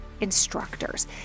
instructors